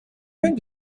going